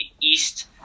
east